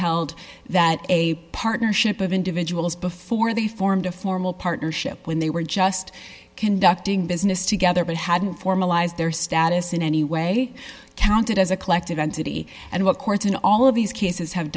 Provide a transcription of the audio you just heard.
held that a partnership of individuals before they formed a formal partnership when they were just conducting business together but hadn't formalized their status in any way counted as a collective entity and what courts in all of these cases have